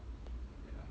ya